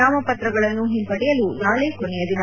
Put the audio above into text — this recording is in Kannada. ನಾಮಪತ್ರಗಳನ್ನುಜ ಹಿಂಪಡೆಯಲು ನಾಳೆ ಕೊನೆಯ ದಿನ